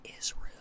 Israel